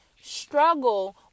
struggle